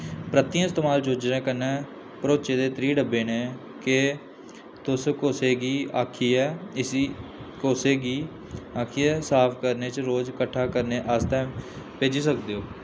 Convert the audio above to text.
परतियै इस्तेमाल योग्य कन्नै भरोचे दे त्रीह् डब्बे न केह् तुस कुसे गी आखियै इस्सी कुसै गी आखियै साफ करने च रोज कट्ठा करने आस्तै भेजी सकदे ओ